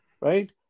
Right